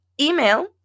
email